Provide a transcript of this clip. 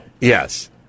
Yes